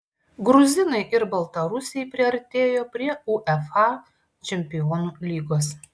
gruzinai ir baltarusiai priartėjo prie uefa čempionų lygos